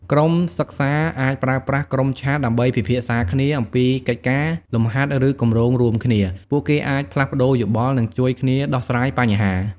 ក្រុមសិក្សាអាចប្រើប្រាស់ ក្រុមឆាត ដើម្បី ពិភាក្សាគ្នា អំពីកិច្ចការ លំហាត់ ឬគម្រោងរួមគ្នា។ ពួកគេអាចផ្លាស់ប្តូរយោបល់ និងជួយគ្នាដោះស្រាយបញ្ហា។